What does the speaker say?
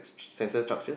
like sentence structure